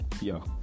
Yo